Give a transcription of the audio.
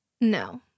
No